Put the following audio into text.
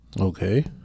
Okay